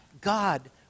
God